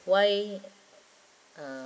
why uh